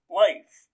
life